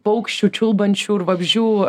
paukščių čiulbančių ir vabzdžių